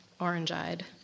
orange-eyed